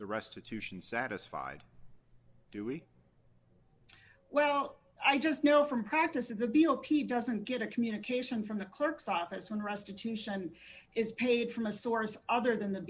the restitution satisfied doing well i just know from practice that the bill p doesn't get a communication from the clerk's office when restitution is paid from a source other than the